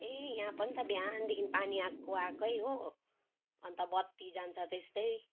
ए यहाँ पनि त बिहानदेखि पानी आएको आएकै हो अन्त बत्ती जान्छ त्यस्तै